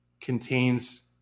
contains